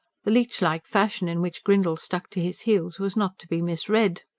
the leech-like fashion in which grindle stuck to his heels was not to be misread.